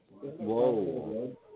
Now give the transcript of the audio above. Whoa